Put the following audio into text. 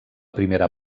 primera